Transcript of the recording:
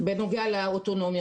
בנוגע לאוטונומיה.